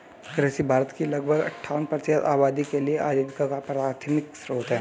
कृषि भारत की लगभग अट्ठावन प्रतिशत आबादी के लिए आजीविका का प्राथमिक स्रोत है